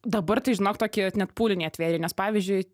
dabar tai žinok tokį net pūlinį atvėrei nes pavyzdžiui